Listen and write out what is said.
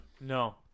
No